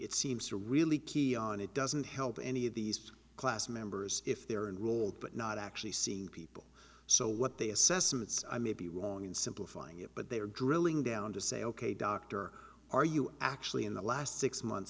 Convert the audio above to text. it seems to really key on it doesn't help any of these class members if they're enrolled but not actually seeing people so what they assess and it's i may be wrong in simplifying it but they are drilling down to say ok doctor are you actually in the last six months